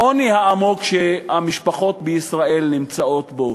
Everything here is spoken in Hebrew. העוני העמוק שהמשפחות בישראל נמצאות בו.